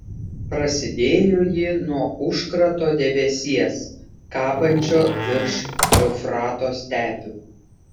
prasidėjo ji nuo užkrato debesies kabančio virš eufrato stepių